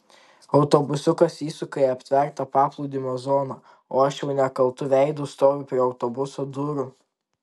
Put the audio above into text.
autobusiukas įsuka į aptvertą paplūdimio zoną o aš jau nekaltu veidu stoviu prie autobuso durų